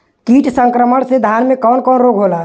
कीट संक्रमण से धान में कवन कवन रोग होला?